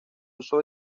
uso